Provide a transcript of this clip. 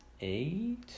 Eight